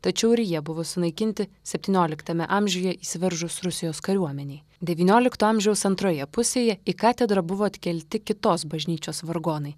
tačiau ir jie buvo sunaikinti septynioliktame amžiuje įsiveržus rusijos kariuomenei devyniolikto amžiaus antroje pusėje į katedrą buvo atkelti kitos bažnyčios vargonai